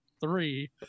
three